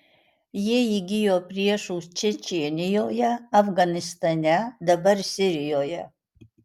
jie įgijo priešų čečėnijoje afganistane dabar sirijoje